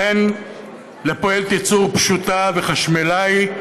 בן לפועלת ייצור פשוטה וחשמלאי,